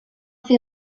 fer